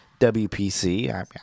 WPC